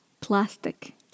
plastic